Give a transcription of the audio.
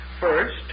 First